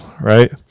right